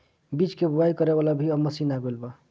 बीज के बोआई करे वाला भी अब मशीन आ गईल बा